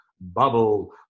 bubble